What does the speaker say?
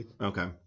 Okay